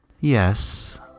Yes